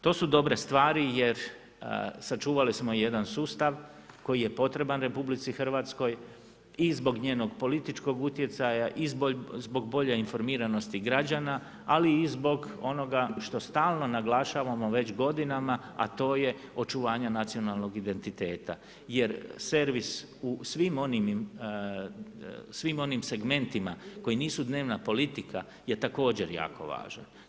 To su dobre stvari jer sačuvali smo jedan sustav koji je potreban RH i zbog njenog političkog utjecaja i zbog bolje informiranosti građana, ali i zbog onoga što stalno naglašavamo već godinama, a to je očuvanje nacionalnog identiteta jer servis u svim segmentima koji nisu dnevna politika je također jako važan.